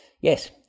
Yes